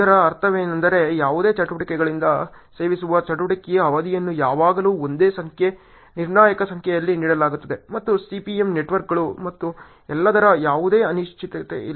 ಇದರ ಅರ್ಥವೇನೆಂದರೆ ಯಾವುದೇ ಚಟುವಟಿಕೆಗಳಿಂದ ಸೇವಿಸುವ ಚಟುವಟಿಕೆಯ ಅವಧಿಯನ್ನು ಯಾವಾಗಲೂ ಒಂದೇ ಸಂಖ್ಯೆ ನಿರ್ಣಾಯಕ ಸಂಖ್ಯೆಯಲ್ಲಿ ನೀಡಲಾಗುತ್ತದೆ ಮತ್ತು CPM ನೆಟ್ವರ್ಕ್ಗಳು ಮತ್ತು ಎಲ್ಲದರಲ್ಲಿ ಯಾವುದೇ ಅನಿಶ್ಚಿತತೆಯಿಲ್ಲ